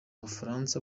bufaransa